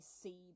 see